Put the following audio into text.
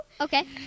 Okay